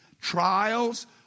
Trials